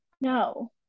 No